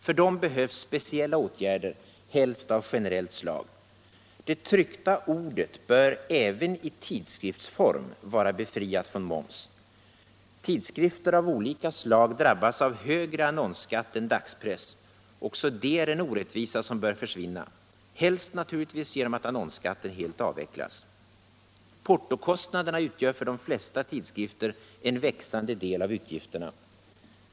För dem behövs speciella åtgärder, helst av generellt slag. Det tryckta ordet bör — även i tidskriftsform — vara befriat från moms. Tidskrifter av olika slag drabbas av högre annonsskatt än dagspress. Också detta är en orättvisa som bör försvinna — givetvis helst genom att annonsskatten helt avvecklas. Portokostnaderna utgör för de flesta tidskrifter en växande del av utgifterna.